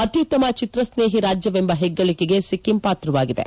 ಅತ್ಯುತ್ತಮ ಚಿತ್ರಸ್ನೇಹಿ ರಾಜ್ಯವೆಂಬ ಹೆಗ್ಗಳಿಕೆಗೆ ಸಿಕ್ಕಿಂ ಪಾತ್ರವಾಗಿದೆ